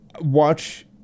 watch